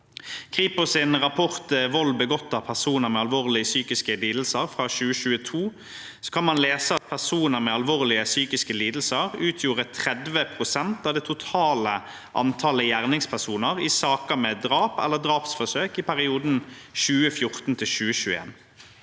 Kripos’ rapport Vold begått av personer med alvorlige psykiske lidelser fra 2022 kan man lese at personer med alvorlige psykiske lidelser utgjorde 30 pst. av det totale antallet gjerningspersoner i saker med drap eller drapsforsøk i perioden 2014–2021.